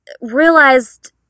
realized